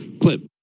clip